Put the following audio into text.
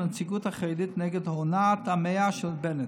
הנציגות החרדית נגד הונאת המאה של בנט,